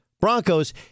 Broncos